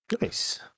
Nice